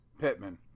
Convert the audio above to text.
Pittman